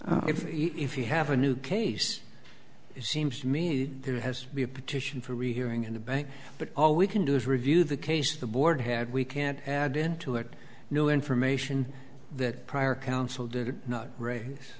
yes if you have a new case it seems to me there has to be a petition for rehearing in the bank but all we can do is review the case the board had we can't add into it new information that prior counsel did not raise